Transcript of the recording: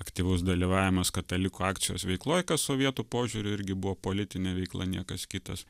aktyvus dalyvavimas katalikų akcijos veikloj kas sovietų požiūriu irgi buvo politinė veikla niekas kitas